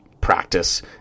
practice